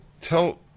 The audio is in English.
tell